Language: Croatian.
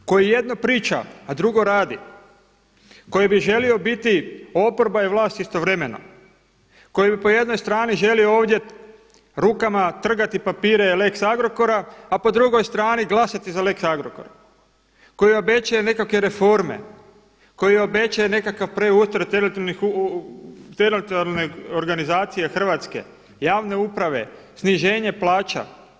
Imamo MOST koji jedno priča, a drugo radi, koji bi želio biti oporba i vlast istovremeno, koji bi po jednoj strani želio ovdje rukama trgati papire lex Agrokora, a po drugoj strani glasati za lex Agrokor, koji obećaje nekakve reforme, koji obećaje nekakav preustroj teritorijalne organizacije Hrvatske, javne uprave, sniženje plaća.